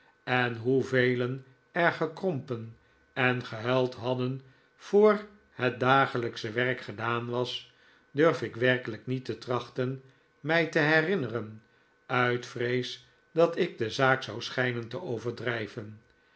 en hoevelen er gekrompen en gehuild hadden voor het dagelijksche werk gedaan was durf ik werkelijk niet te trachten mij te herinneren uit vrees dat ik de zaak zou schijnen te overdrijven